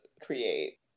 create